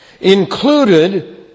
included